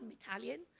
italian.